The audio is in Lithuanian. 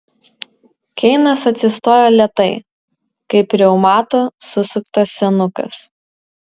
keinas atsistojo lėtai kaip reumato susuktas senukas